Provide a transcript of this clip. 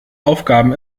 aufgaben